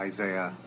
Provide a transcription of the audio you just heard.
Isaiah